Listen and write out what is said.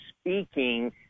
speaking